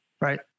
right